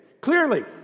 Clearly